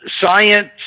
science